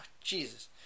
Jesus